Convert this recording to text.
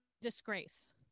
disgrace